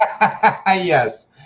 Yes